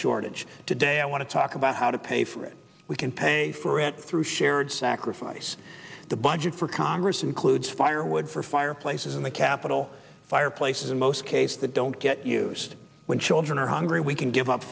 shortage today i want to talk about how to pay for it we can pay for it through shared sacrifice the budget for congress includes firewood for fireplaces in the capitol fireplace in most cases that don't get used when children are hungry we can give up